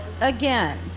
Again